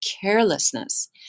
carelessness